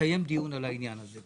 שיתקיים דיון על העניין הזה.